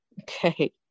Okay